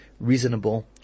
reasonable